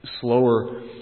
slower